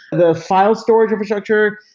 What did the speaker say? the file storage infrastructure,